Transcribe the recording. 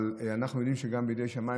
אבל אנחנו יודעים שגם אם בידי שמיים,